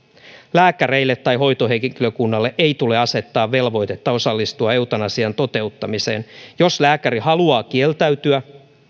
lääkäreille tai hoitohenkilökunnalle ei tule asettaa velvoitetta osallistua eutanasian toteuttamiseen jos lääkäri haluaa kieltäytyä